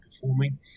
performing